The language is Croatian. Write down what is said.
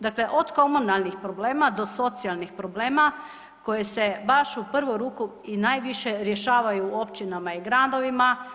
Dakle, od komunalnih problema do socijalnih problema koje se baš u prvu ruku i najviše rješavaju u općinama i gradovima.